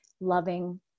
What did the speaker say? loving